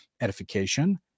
edification